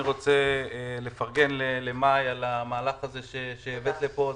אני רוצה לפרגן למאי גולן על המהלך הזה שהיא הביאה לפה.